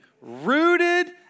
rooted